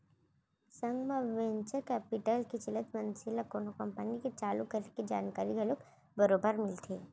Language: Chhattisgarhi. संग म वेंचर कैपिटल के चलत मनसे ल कोनो कंपनी के चालू करे के जानकारी घलोक बरोबर मिलथे